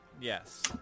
Yes